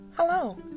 Hello